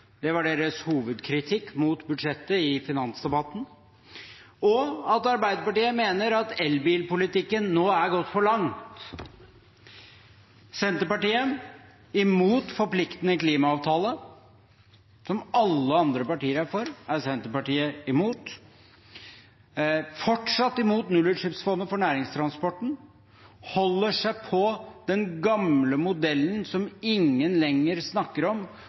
Det var deres hovedkritikk mot budsjettet i finansdebatten. Arbeiderpartiet mener også at elbilpolitikken nå er gått for langt. Senterpartiet er imot en forpliktende klimaavtale, som alle andre partier er for. De er fortsatt imot nullutslippsfondet for næringstransporten. De holder seg med den gamle modellen som ingen lenger snakker om,